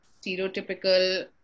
stereotypical